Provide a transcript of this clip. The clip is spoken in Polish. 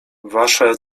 wasze